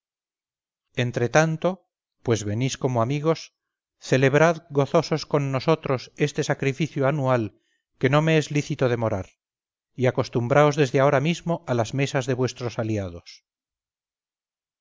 entre tanto pues venís como amigos celebrad gozosos con nosotros este sacrificio anual que no me es lícito demorar y acostumbraos desde ahora mismo a las mesas de vuestros aliados